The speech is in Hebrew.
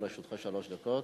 בבקשה, אדוני, לרשותך שלוש דקות.